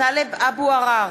טלב אבו עראר,